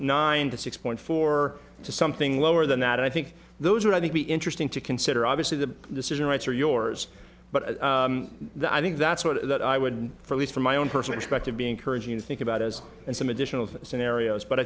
to six point four to something lower than that i think those are i think be interesting to consider obviously the decision rights are yours but i think that's what i would for least from my own personal spec to be encouraging to think about as and some additional scenarios but i